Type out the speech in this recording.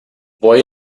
boy